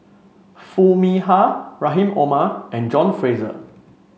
Foo Mee Har Rahim Omar and John Fraser